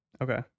Okay